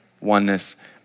oneness